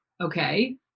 okay